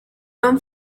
non